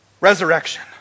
Resurrection